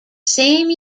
same